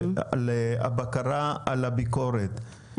על הבקרה על הביקורת,